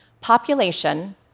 Population